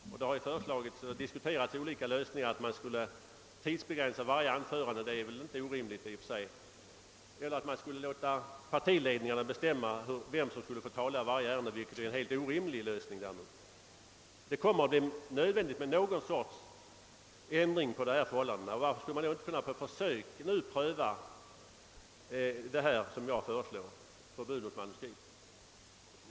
Olika lösningar har diskuterats, t.ex. att alla anföranden skulle tidsbegränsas, vilket i och för sig inte är orimligt, eller att partiledningarna skulle bestämma vem som skulle få tala i varje ärende, vilket däremot är en helt orimlig lösning. Men det kommer att bli nödvändigt att på något sätt ändra förhållandena. Varför skulle man inte nu på försök kunna pröva vad jag föreslår, förbud mot manuskript?